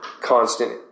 constant